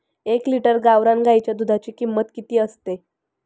एक लिटर गावरान गाईच्या दुधाची किंमत किती असते?